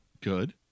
good